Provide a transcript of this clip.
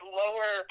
lower